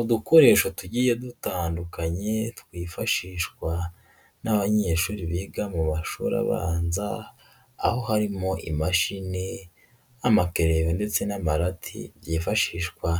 Udukoresho tugiye dutandukanye, twifashishwa n'abanyeshuri biga mu mashuri abanza aho harimo; imashini ,n'amakereyo, ndetse n'amarati. Byifashishwa